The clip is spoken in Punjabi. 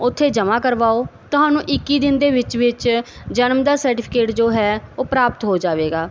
ਉੱਥੇ ਜਮਾ ਕਰਵਾਓ ਤੁਹਾਨੂੰ ਇੱਕੀ ਦਿਨ ਦੇ ਵਿੱਚ ਵਿੱਚ ਜਨਮ ਦਾ ਸਰਟੀਫਿਕੇਟ ਜੋ ਹੈ ਉਹ ਪ੍ਰਾਪਤ ਹੋ ਜਾਵੇਗਾ